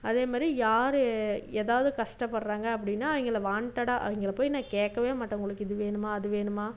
அதேமாரி யார் ஏதாவுது கஷ்டப்படுறாங்க அப்படின்னா அவங்கள வாண்ட்டடாக அவங்கள போய் நான் கேட்கவே மாட்டேன் உங்களுக்கு இது வேணுமா அது வேணுமா